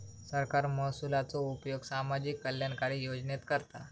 सरकार महसुलाचो उपयोग सामाजिक कल्याणकारी योजनेत करता